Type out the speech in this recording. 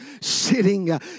sitting